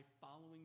following